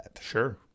Sure